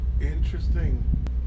Interesting